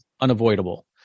unavoidable